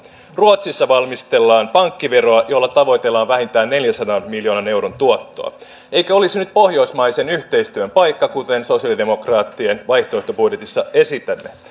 ruotsissa valmistellaan pankkiveroa jolla tavoitellaan vähintään neljänsadan miljoonan euron tuottoa eikö olisi nyt pohjoismaisen yhteistyön paikka kuten sosialidemokraattien vaihtoehtobudjetissa esitämme